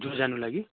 जू जानु लागि